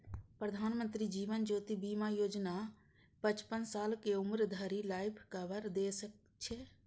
प्रधानमंत्री जीवन ज्योति बीमा योजना पचपन साल के उम्र धरि लाइफ कवर दै छै